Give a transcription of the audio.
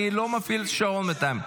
אני לא מפעיל שעון בינתיים.